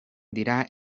dira